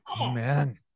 Amen